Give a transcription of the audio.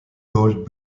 gold